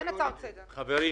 חברים,